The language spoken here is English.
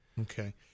Okay